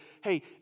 hey